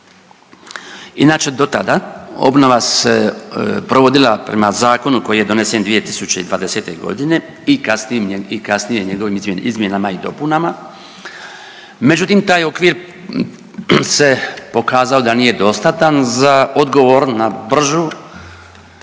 Inače do tada obnova se provodila prema zakonu koji je donesen 2020. godine i kasnijem njegovim izmjenama i dopunama, međutim taj okvir se pokazao da nije dostatan za odgovor na bržu